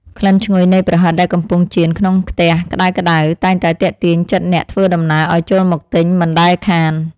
ក្លិនឈ្ងុយនៃប្រហិតដែលកំពុងចៀនក្នុងខ្ទះក្តៅៗតែងតែទាក់ទាញចិត្តអ្នកធ្វើដំណើរឱ្យចូលមកទិញមិនដែលខាន។